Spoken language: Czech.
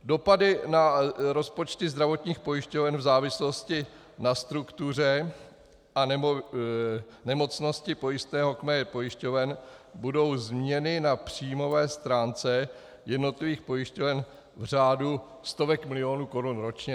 Dopady na rozpočty zdravotních pojišťoven v závislosti na struktuře a nemocnosti pojistného kmene pojišťoven budou změny na příjmové stránce jednotlivých pojišťoven v řádu stovek milionů korun ročně.